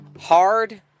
hard